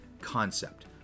concept